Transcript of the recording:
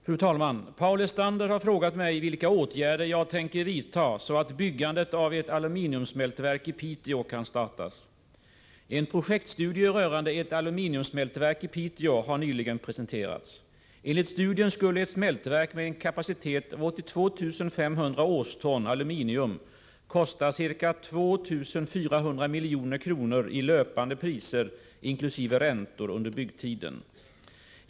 Fru talman! Paul Lestander har frågat mig vilka åtgärder jag tänker vidta så att byggandet av ett aluminiumsmältverk i Piteå kan startas. En projektstudie rörande ett aluminiumsmältverk i Piteå har nyligen presenterats. Enligt studien skulle ett smältverk med en kapacitet på 82 500 årston aluminium kosta ca 2 400 milj.kr. i löpande priser, inkl. räntor under byggtiden.